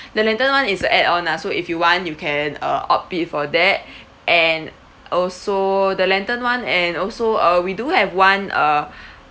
the lantern [one] is a add on lah so if you want you can uh opt it for that and also the lantern [one] and also uh we do have one uh